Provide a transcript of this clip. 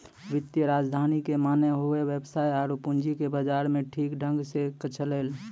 वित्तीय राजधानी के माने होलै वेवसाय आरु पूंजी के बाजार मे ठीक ढंग से चलैय